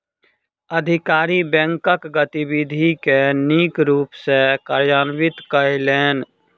अधिकारी बैंकक गतिविधि के नीक रूप सॅ कार्यान्वित कयलैन